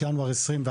ינואר 2021,